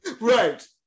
Right